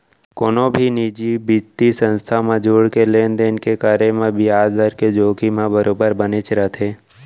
कोनो भी निजी बित्तीय संस्था म जुड़के लेन देन के करे म बियाज दर के जोखिम ह बरोबर बनेच रथे